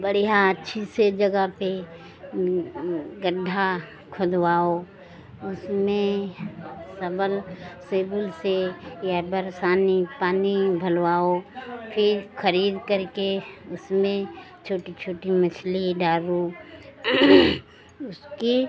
बढ़िया अच्छी सी जगह पर गड्ढा खुदवाओ उसमें सबल सेबुल से या बरसाती पानी भरवाओ फिर खरीदकर के उसमें छोटी छोटी मछली डालो उसके